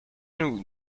nous